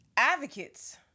advocates